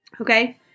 Okay